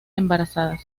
embarazadas